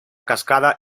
cascada